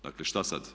Dakle šta sad?